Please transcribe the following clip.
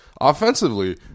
offensively